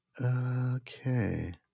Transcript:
Okay